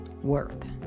worth